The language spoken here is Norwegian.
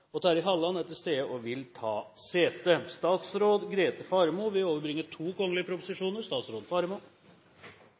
og Terje Halleland er til stede og vil ta sete. Representanten Dagfinn Høybråten vil